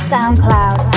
SoundCloud